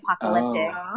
Apocalyptic